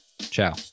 Ciao